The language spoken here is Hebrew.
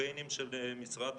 הקמפיינים של המשרד